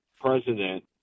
president